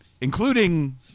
including